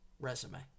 resume